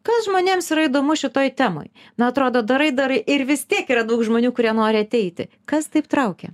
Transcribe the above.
kas žmonėms yra įdomu šitoj temoj na atrodo darai darai ir vis tiek yra daug žmonių kurie nori ateiti kas taip traukia